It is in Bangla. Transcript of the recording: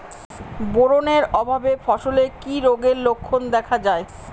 বোরন এর অভাবে ফসলে কি রোগের লক্ষণ দেখা যায়?